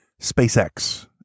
SpaceX